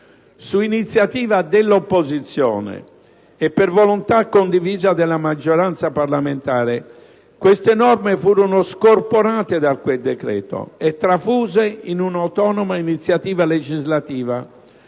Su iniziativa dell'opposizione e per volontà condivisa della maggioranza parlamentare queste norme furono scorporate da quel decreto e trasfuse in una autonoma iniziativa legislativa